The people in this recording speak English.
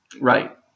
Right